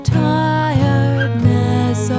tiredness